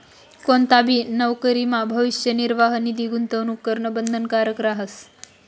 कोणताबी नवकरीमा भविष्य निर्वाह निधी गूंतवणूक करणं बंधनकारक रहास